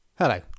Hello